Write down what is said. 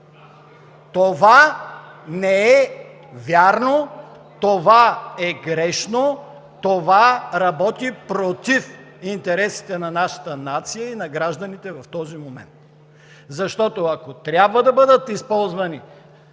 Това не е вярно, това е грешно, това работи против интересите на нашата нация и на гражданите в този момент. Защото ако трябва да бъдат използвани